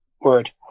Word